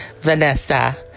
Vanessa